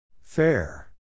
Fair